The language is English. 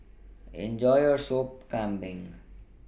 Enjoy your Sop Kambing